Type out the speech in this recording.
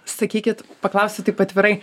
sakykit paklausiu taip atvirai